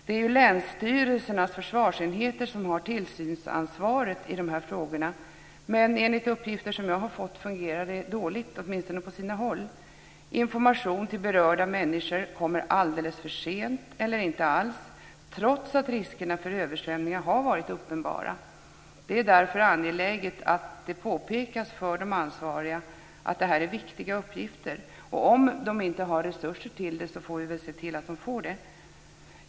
Det är ju länsstyrelsernas försvarsenheter som har tillsynsansvaret i de här frågorna, men enligt uppgifter som jag har fått fungerar det dåligt, åtminstone på sina håll. Information till berörda människor kommer alldeles för sent, eller inte alls, trots att riskerna för översvämningar har varit uppenbara. Det är därför angeläget att det påpekas för de ansvariga att det här är viktiga uppgifter. Om de inte har resurser till det får vi väl se till att de får det.